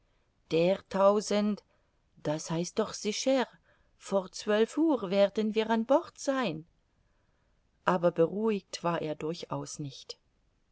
der tausend das heißt doch sicher vor zwölf uhr werden wir an bord sein aber beruhigt war er durchaus nicht